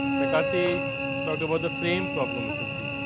mccarthy talked about the frame problem essentially.